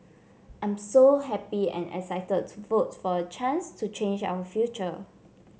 I'm so happy and excited to vote for a chance to change our future